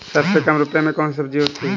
सबसे कम रुपये में कौन सी सब्जी होती है?